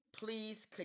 Please